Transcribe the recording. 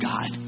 God